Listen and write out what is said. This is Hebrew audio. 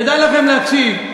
כדאי לכם להקשיב.